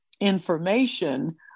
Information